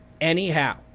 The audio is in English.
anyhow